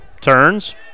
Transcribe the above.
Turns